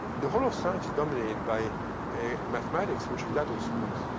the whole of science is dominated by a mathematics which is that of the smooth.